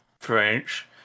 French